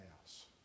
house